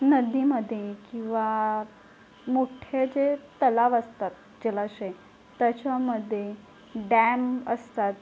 नदीमध्ये किंवा मोठे जे तलाव असतात जलाशय त्याच्यामध्ये डॅम असतात